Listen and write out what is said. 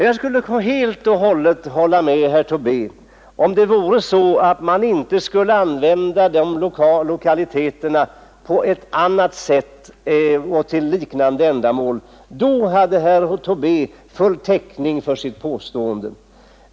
Jag skulle helt och hållet hålla med herr Tobé, om det vore så att man inte skulle använda lokaliteterna på något annat sätt och till liknande ändamål. Då hade herr Tobé full täckning för sitt påstående.